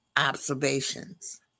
observations